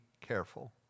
careful